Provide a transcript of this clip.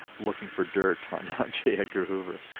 looking for dirt on j. edgar hoover.